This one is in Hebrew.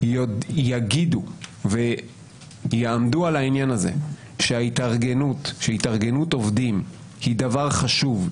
יגידו ויעמדו על העניין הזה שהתארגנות עובדים היא דבר חשוב,